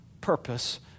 purpose